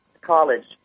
college